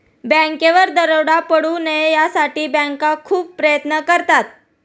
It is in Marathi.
बँकेवर दरोडा पडू नये यासाठी बँका खूप प्रयत्न करतात